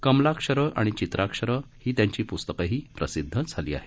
कमलाक्षरं आणि चित्राक्षरं ही त्यांची पुस्तकंही प्रसिद्ध झाली आहेत